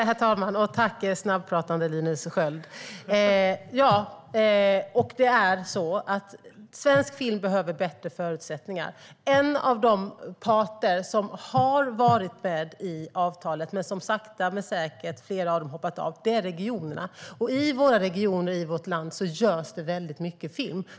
Herr talman! Jag tackar snabbpratande Linus Sköld. Svensk film behöver bättre förutsättningar. En av de parter som var med i avtalet men som hoppade av var regionerna. I Sveriges regioner görs det mycket film.